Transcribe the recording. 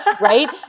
right